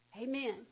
Amen